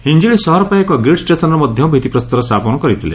ହିଂଜିଳି ସହର ପାଇଁ ଏକ ଗ୍ରୀଡ୍ ଷ୍ଟେସନ୍ର ମଧ ଭିଉିପ୍ରସ୍ତର ସ୍ରାପନ କରିଥିଲେ